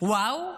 ואו,